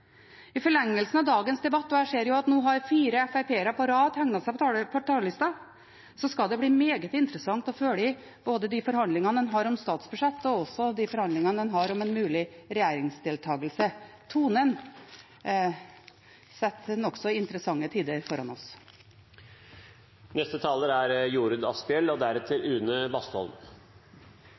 I forlengelsen av dagens debatt, og jeg ser at nå har fire FrP-ere på rad tegnet seg på talerlisten, skal det bli meget interessant å følge både de forhandlingene de har om statsbudsjettet, og også de forhandlingene de har om en mulig regjeringsdeltakelse. Tonen settes for nokså interessante tider foran oss.